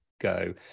go